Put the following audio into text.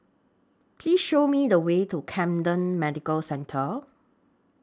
Please Show Me The Way to Camden Medical Centre